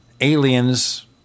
aliens